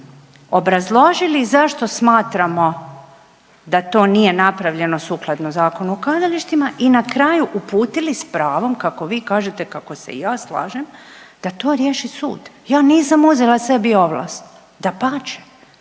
obrazložili zašto smatramo da to nije napravljeno sukladno Zakonu o kazalištima i na kraju uputili s pravom kako vi kažete, kako se i ja slažem da to riješi sud. Ja nisam uzela sebi ovlast, dapače